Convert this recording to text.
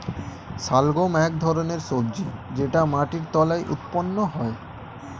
শালগম এক ধরনের সবজি যেটা মাটির তলায় উৎপন্ন হয়